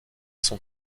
son